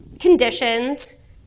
conditions